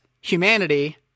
humanity